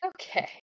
Okay